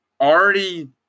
already